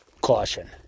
caution